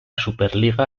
superliga